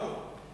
בכבוד.